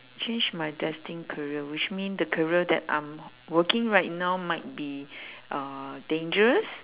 change my destined career which mean the career that I'm working right now might be uh dangerous